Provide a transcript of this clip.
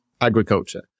agriculture